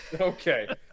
Okay